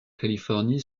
californie